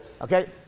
Okay